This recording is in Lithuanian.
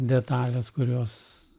detalės kurios